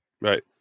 Right